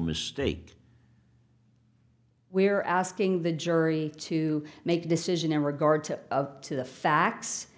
mistake we are asking the jury to make a decision in regard to up to the facts